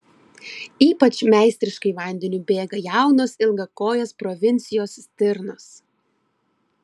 ypač meistriškai vandeniu bėga jaunos ilgakojės provincijos stirnos